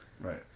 Right